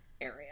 area